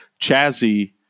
Chazzy